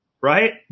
right